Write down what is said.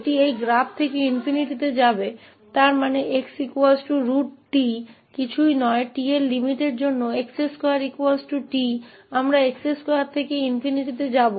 तो यह इस ग्राफ से ∞ तक जाएगा इसका मतलब है कि यह 𝑥 √𝑡 कुछ और नहीं बल्कि x2t है यानी t की सीमाओं के लिए हम इस x2 से ∞ तक जाएंगे